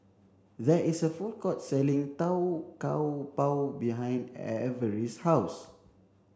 there is a food court selling Tau Kwa Pau behind Avery's house